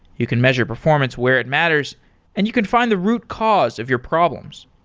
you can measure performance where it matters and you can find the root cause of your problems.